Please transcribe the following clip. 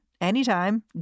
anytime